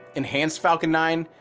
enhanced falcon nine,